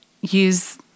use